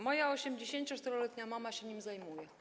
Moja 84-letnia mama się nim zajmuje.